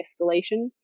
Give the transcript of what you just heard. escalation